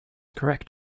correct